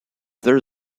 there